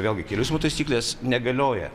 vėlgi kelių eismo taisyklės negalioja